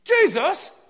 Jesus